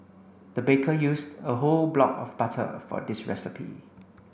the baker used a whole block of butter for this recipe